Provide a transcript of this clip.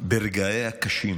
ברגעיה הקשים